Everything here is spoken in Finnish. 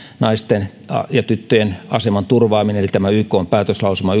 naisten ja tyttöjen aseman turvaaminen eli tämä ykn päätöslauselma